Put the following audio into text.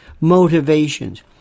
motivations